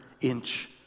inch